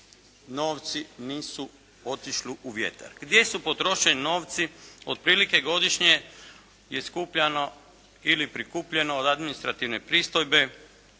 novci nisu otišli u vjetar. Gdje su potrošeni novci? Otprilike godišnje je skupljano ili prikupljano od administrativne pristojbe